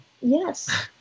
Yes